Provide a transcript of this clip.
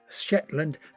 shetland